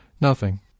Nothing